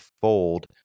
fold